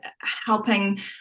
helping